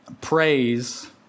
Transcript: praise